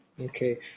Okay